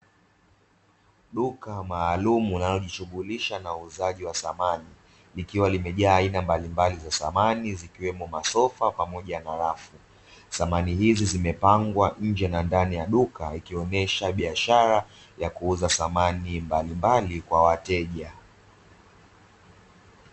Duka maalumu linalojishughulisha na uuzaji wa samani, likiwa limejaa aina mbalimbali za samani zikiwemo masofa pamoja na rafu, samani hizi zimepangwa nje na ndani ya duka. Ikionesha biashara ya kuuza samani mbalimbali kwa wateja.